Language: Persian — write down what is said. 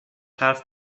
حرف